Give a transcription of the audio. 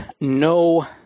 no